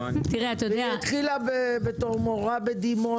היא התחילה בתור מורה בדימונה.